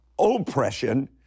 oppression